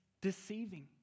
deceiving